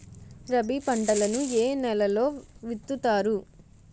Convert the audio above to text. రబీ పంటలను ఏ నెలలో విత్తుతారు?